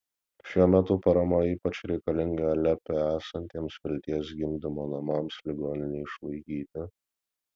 šiuo metu parama ypač reikalinga alepe esantiems vilties gimdymo namams ligoninei išlaikyti